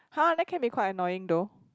!huh! that can be quite annoying though